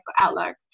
outlook